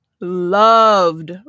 loved